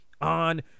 on